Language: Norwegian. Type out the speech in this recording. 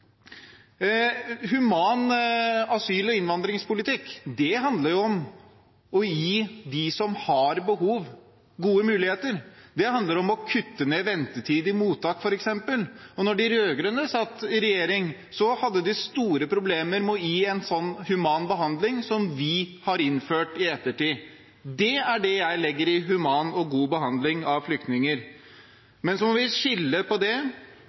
human asyl- og innvandringspolitikk handler om å gi dem som har behov, gode muligheter. Det handler f.eks. om å kutte ned ventetiden i mottak. Da de rød-grønne satt i regjering, hadde de store problemer med å gi en sånn human behandling som vi har innført i ettertid. Det er det jeg legger i human og god behandling av flyktninger. Men så må vi skille mellom det